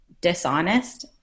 dishonest